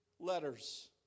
letters